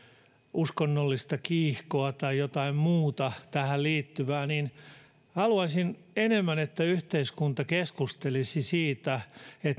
uskonnollista kiihkoa tai jotain muuta tähän liittyvää haluaisin että yhteiskunta keskustelisi enemmän siitä